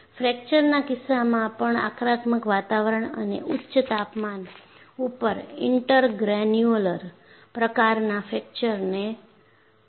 ફ્રેકચરના કિસ્સામાં પણ આક્રમક વાતાવરણ અને ઉચ્ચ તાપમાન ઉપર ઇન્ટરગ્રેન્યુલર પ્રકારના ફ્રેકચરને પ્રેરિત કરે છે